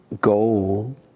goal